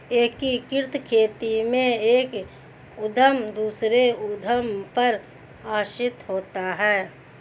एकीकृत खेती में एक उद्धम दूसरे उद्धम पर आश्रित होता है